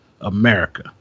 America